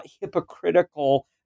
hypocritical